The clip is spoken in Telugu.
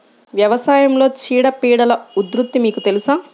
వ్యవసాయంలో చీడపీడల ఉధృతి మీకు తెలుసా?